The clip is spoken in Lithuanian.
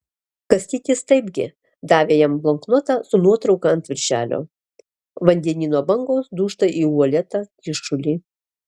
kastytis taipgi davė jam bloknotą su nuotrauka ant viršelio vandenyno bangos dūžta į uolėtą kyšulį